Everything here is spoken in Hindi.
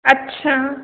अच्छा